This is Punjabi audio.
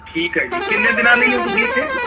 ਠੀਕ ਹੈ ਜੀ ਕਿੰਨੇ ਦਿਨਾਂ ਲਈ ਹੋ ਤੁਸੀਂ ਇੱਥੇ